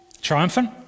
triumphant